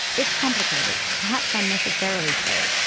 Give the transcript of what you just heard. it's complicated, perhaps unnecessarily so,